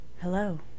Hello